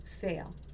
fail